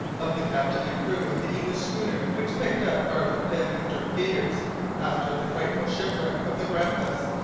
of the captain and crew of the english schooner which picked up arthur pym and dirk peters after the frightful shipwreck of the grampus,